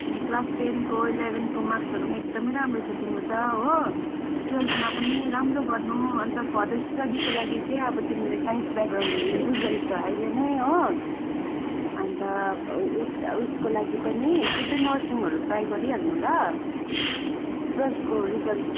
अन्त क्लास टेनको इलेभेनको मार्क्सहरू पनि एकदमै राम्रो छ तिम्रो त हो टुवल्भमा पनि राम्रो गर्नु अन्त फर्दर स्टडीको लागि चाहिँ अब तिमीले साइन्स ब्याकग्राउन्ड लि चुज गरेको छौँ अहिले नै हो अन्त उएसको लागि सिधै नर्सिङहरू ट्राई गरिहाल्नु ल टुएल्भको रिजल्ट